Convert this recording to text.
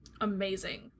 amazing